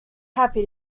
happy